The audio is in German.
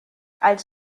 als